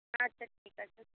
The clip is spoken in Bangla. আচ্ছা ঠিক আছে